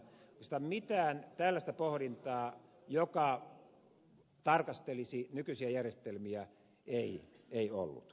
oikeastaan mitään tällaista pohdintaa joka tarkastelisi nykyisiä järjestelmiä ei ollut